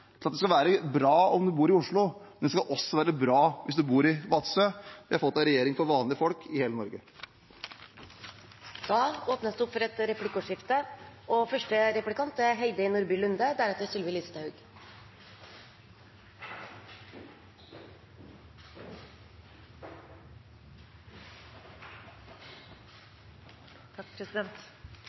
at det skal være bra om man bor i Oslo, men det skal også være bra om man bor i Vadsø. Vi har fått en regjering for vanlige folk i hele Norge. Det blir replikkordskifte. Det